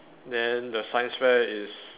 then the science fair is